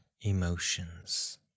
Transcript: emotions